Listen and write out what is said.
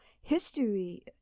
history